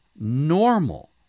normal